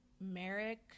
Merrick